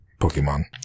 Pokemon